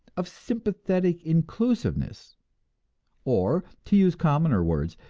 of sympathetic inclusiveness or, to use commoner words,